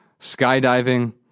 Skydiving